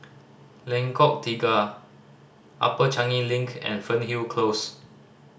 Lengkok Tiga Upper Changi Link and Fernhill Close